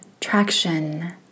Traction